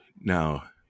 Now